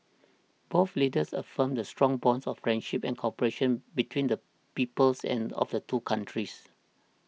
both leaders affirmed the strong bonds of friendship and cooperation between the peoples and of the two countries